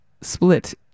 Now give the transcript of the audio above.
Split